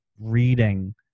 reading